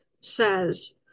says